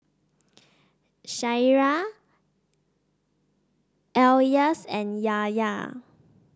Syirah Elyas and Yahya